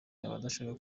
abadashaka